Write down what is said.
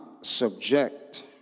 subject